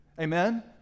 Amen